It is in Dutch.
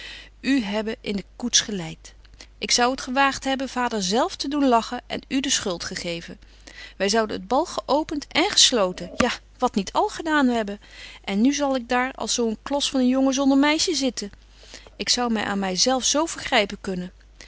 hebben in de koets geleit ik zou het gewaagt hebben vader zelf te doen lachen en u den schuld gegeven wy zouden het bal geöpent en gesloten ja wat niet al gedaan hebben en nu zal ik daar als zo een klos van een jongen zonder meisje zitten ik zou my aan my zelf zo vergrypen kunnen